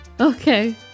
Okay